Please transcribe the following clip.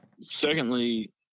secondly